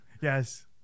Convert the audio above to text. Yes